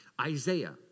Isaiah